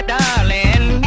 Darling